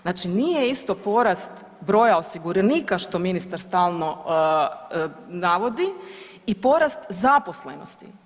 Znači nije isto porast broja osiguranika što ministar stalno navodi i porast zaposlenosti.